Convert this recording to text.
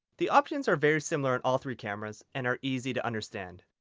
the options are very similar in all three cameras and are easy to understand.